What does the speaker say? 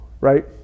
right